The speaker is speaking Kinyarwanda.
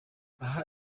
aha